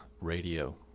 Radio